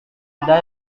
ada